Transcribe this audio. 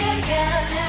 again